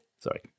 sorry